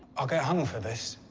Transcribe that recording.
i'll get hung for this.